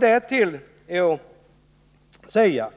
Därtill är att säga